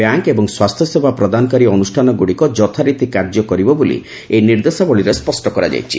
bank ଏବଂ ସ୍ୱାସ୍ଥ୍ୟସେବା ପ୍ରଦାନକାରୀ ଅନୁଷାନଗୁଡ଼ିକ ଯଥାରିତି କାର୍ଯ୍ୟ କରିବ ବୋଲି ଏହି ନିର୍ଦ୍ଦେଶାବଳୀରେ ସ୍ବଷ୍ଟ କରାଯାଇଛି